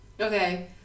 Okay